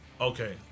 Okay